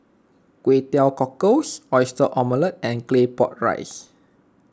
Kway Teow Cockles Oyster Omelette and Claypot Rice